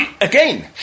again